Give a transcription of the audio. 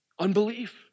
unbelief